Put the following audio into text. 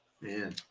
man